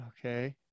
Okay